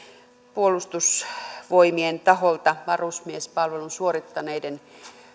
puolustusvoimien taholta esimerkiksi varusmiespalvelun suorittaneiden